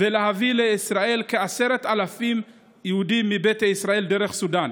ולהביא לישראל כ-10,000 יהודים מביתא ישראל דרך סודאן.